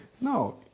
No